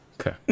Okay